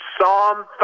Psalm